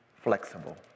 flexible